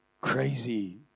crazy